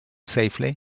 safely